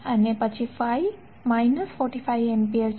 અને પછી Phi minus 45 degree ampere છે